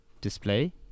display